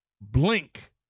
blink